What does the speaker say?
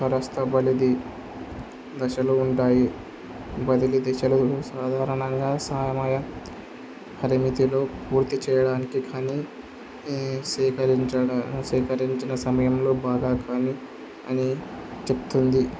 తటస్త బదిలి దశలు ఉంటాయి బదిలి దశలు సాధారణంగా సమయ పరిమితిలో పూర్తి చేయడానికి కానీ సేకరించడం సేకరించిన సమయంలో బాగా కానీ అని చెప్తుంది